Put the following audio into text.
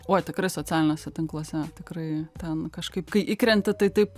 oi tikrai socialiniuose tinkluose tikrai ten kažkaip kai įkrenti tai taip